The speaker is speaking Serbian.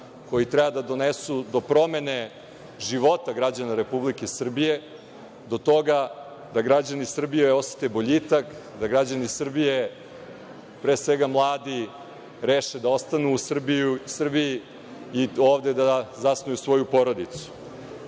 koji treba da donesu do promenu života građana Republike Srbije, do toga da građani Srbije osete boljitak, da građani Srbije, pre svega mladi reše da ostanu u Srbiji i ovde da zasnuju svoju porodicu. Kada